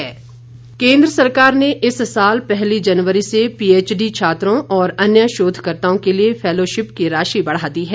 fellowship केन्द्र सरकार ने इस साल पहली जनवरी से पीएचडी छात्रों और अन्य शोधकर्ताओं के लिए फेलोशिप की राशि बढ़ा दी है